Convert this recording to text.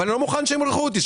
אבל אני לא מוכן שימרחו אותי,